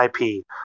IP